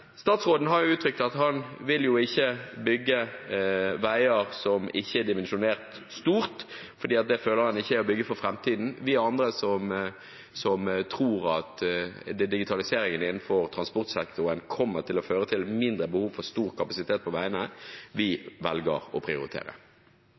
statsråden har uttrykt at han ikke vil bygge veier som ikke er dimensjonert stort, for det føler han ikke er å bygge for framtiden. Vi andre, som tror at digitaliseringen innenfor transportsektoren kommer til å føre til mindre behov for stor kapasitet på veiene,